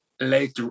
later